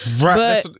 right